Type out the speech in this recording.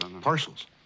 Parcels